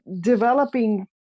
developing